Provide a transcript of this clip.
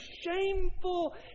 shameful